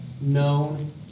Known